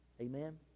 Amen